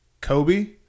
Kobe